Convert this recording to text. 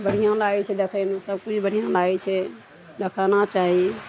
बढ़ियाँ लागय छै देखयमे सबकिछु बढ़िआँ लागय छै देखाना चाही